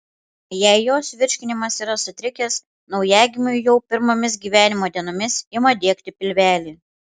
jei jos virškinimas yra sutrikęs naujagimiui jau pirmomis gyvenimo dienomis ima diegti pilvelį